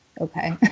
okay